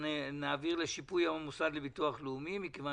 שקל לשיפוי המוסד לביטוח הלאומי מכיוון